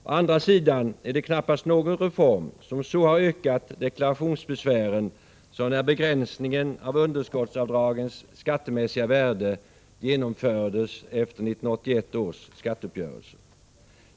Å andra sidan är det knappast någon reform som så har ökat deklarationsbesvären som när begränsningen av underskottsavdragens skattemässiga värde genomfördes efter 1981 års skatteuppgörelse.